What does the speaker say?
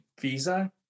visa